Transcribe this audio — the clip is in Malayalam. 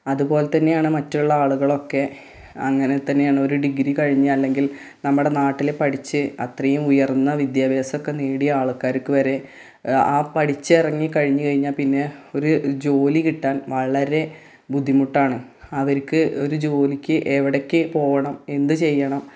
അതുപോലെ തന്നെയാണ് മറ്റുള്ള ആളുകളൊക്കെ അങ്ങനെ തന്നെയാണ് ഒരു ഡിഗ്രി കഴിഞ്ഞ് അല്ലെങ്കിൽ നമ്മുടെ നാട്ടിൽ പഠിച്ച് അത്രയും ഉയർന്ന വിദ്യാഭ്യാസമൊക്കെ നേടിയ ആൾക്കാർക്ക് വരെ ആ പഠിച്ച് ഇറങ്ങി കഴിഞ്ഞു കഴിഞ്ഞാൽ പിന്നെ ഒരു ജോലി കിട്ടാൻ വളരെ ബുദ്ധിമുട്ടാണ് അവർക്ക് ഒരു ജോലിക്ക് എവിടേക്ക് പോകണം എന്തു ചെയ്യണം